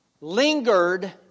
Lingered